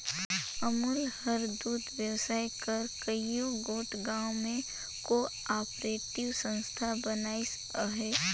अमूल हर दूद बेसाए बर कइयो गोट गाँव में को आपरेटिव संस्था बनाइस अहे